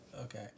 Okay